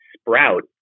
sprout